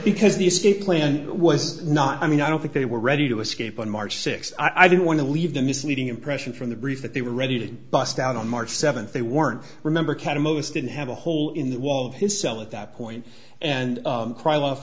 because the escape plan was not i mean i don't think they were ready to escape on march sixth i didn't want to leave the misleading impression from the brief that they were ready to bust out on march seventh they weren't remember kind of most didn't have a hole in the wall of his cell at that point and